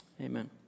amen